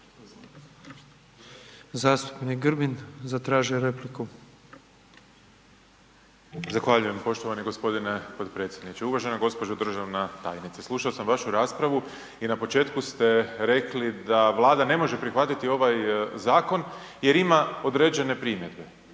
**Grbin, Peđa (SDP)** Zahvaljujem poštovani g. potpredsjedniče. Uvaženo gđo. državna tajnice, slušao sam vašu raspravu i na početku ste rekli da Vlada ne može prihvatiti ovaj zakon jer ima određenu primjedbu.